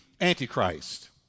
Antichrist